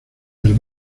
del